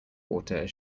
water